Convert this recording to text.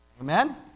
Amen